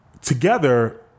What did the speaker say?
Together